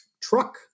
truck